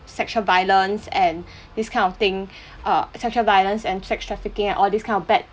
sexual violence and this kind of thing err sexual violence and sex trafficking and all this kind of bad